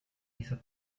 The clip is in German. dieser